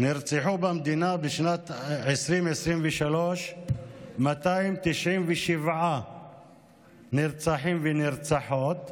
בשנת 2023 נרצחו במדינה 297 נרצחים ונרצחות,